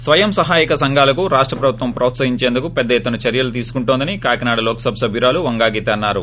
స్వయం సహాయ సంఘాలను రాష్ట ప్రభుత్వం ప్రోత్సహించేందుకు పెద్ద ఎత్తున చర్యలు తీసుకుంటోందని కాకినాడ లోక్సభ సభ్యురాలు వంగాగీత తెలిపారు